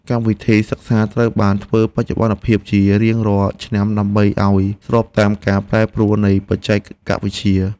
កម្មវិធីសិក្សាត្រូវបានធ្វើបច្ចុប្បន្នភាពជារៀងរាល់ឆ្នាំដើម្បីឱ្យស្របតាមការប្រែប្រួលនៃបច្ចេកវិទ្យា។